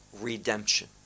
redemption